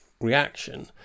reaction